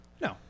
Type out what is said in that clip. No